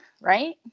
right